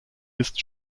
ist